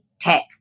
tech